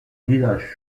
guidage